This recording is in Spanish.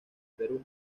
perú